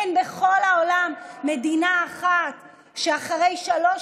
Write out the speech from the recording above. אין בכל העולם מדינה אחת שאחרי שלוש